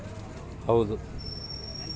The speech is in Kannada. ಗೂಡ್ಸ್ ಅಂದ್ರ ದಿನ ಬಳ್ಸೊ ಸಾಮನ್ ಅಂತ